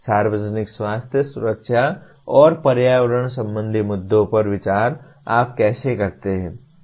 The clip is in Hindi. सार्वजनिक स्वास्थ्य सुरक्षा और पर्यावरण संबंधी मुद्दों पर विचार आप कैसे करते हैं